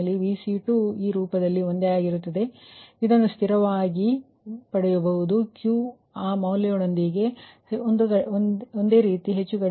ಆದ್ದರಿಂದ ಎರಡನೇ ಪುನರಾವರ್ತನೆಯಲ್ಲಿನ Vc2 ಈ ರೂಪದಲ್ಲಿ ಒಂದೇ ಆಗಿರುತ್ತದೆ ಎಂದು ನೀವು ಪಡೆಯುತ್ತೀರಿ ಮತ್ತೆ ನೀವು ಇದನ್ನು ಸ್ಥಿರವಾಗಿ ಮಾಡುತ್ತೀರಿ ಇದು ಸ್ಥಿರವಾಗಿರುತ್ತದೆ ಮತ್ತು Q ಯ ಆ ಮೌಲ್ಯಗಳೊಂದಿಗೆ ನೀವು ಕಾಣುವಿರಿ ಇದು ಹೆಚ್ಚು ಕಡಿಮೆ ಒಂದೇ ಆಗಿದೆ 0